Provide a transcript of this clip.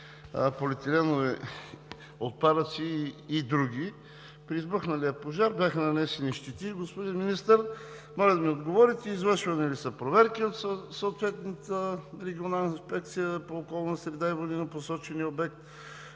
полиетиленови отпадъци и други. При избухналия пожар бяха нанесени сериозни щети. Господин Министър, моля да ми отговорите: извършвани ли са проверки от съответната Регионална инспекция по околна среда и води на посочения обект?